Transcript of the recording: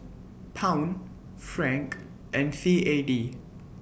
Pound Franc and C A D